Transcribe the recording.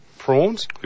prawns